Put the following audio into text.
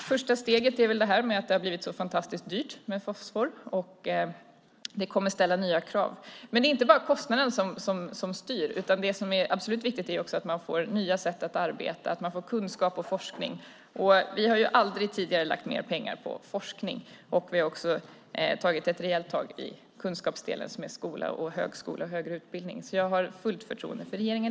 Första steget är väl att det har blivit så fantastiskt dyrt med fosfor. Det kommer att ställa nya krav. Men det är inte bara kostnaden som styr. Det som också är viktigt är att man får nya sätt att arbeta, kunskap och forskning. Vi har aldrig tidigare lagt mer pengar på forskning. Vi har också tagit ett rejält tag i kunskapsdelen som är skola, högskola och högre utbildning. Jag har fullt förtroende för regeringen.